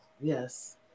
Yes